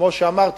כמו שאמרתי,